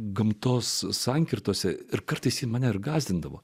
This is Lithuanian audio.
gamtos sankirtose ir kartais į mane gąsdindavo